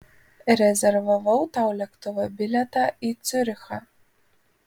rezervavau tau lėktuvo bilietą į ciurichą